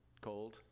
cold